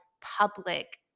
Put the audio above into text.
public